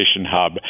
hub